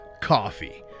coffee